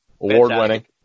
award-winning